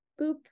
boop